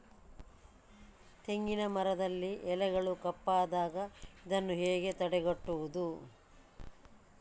ತೆಂಗಿನ ಮರದಲ್ಲಿ ಎಲೆಗಳು ಕಪ್ಪಾದಾಗ ಇದನ್ನು ಹೇಗೆ ತಡೆಯುವುದು?